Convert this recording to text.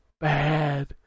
bad